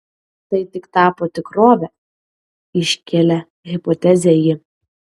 tai tik tapo tikrove iškelia hipotezę ji